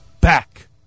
back